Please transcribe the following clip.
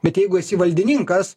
bet jeigu esi valdininkas